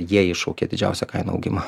jie iššaukia didžiausią kainų augimą